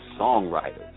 songwriters